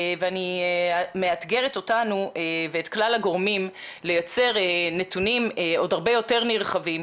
ואני מאתגרת אותנו ואת כלל הגורמים לייצר נתונים עוד הרבה יותר נרחבים.